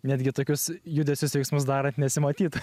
netgi tokius judesius veiksmus darant nesimatytų